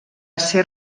ser